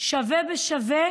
שווה בשווה